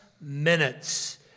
minutes